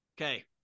Okay